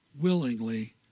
willingly